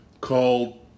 called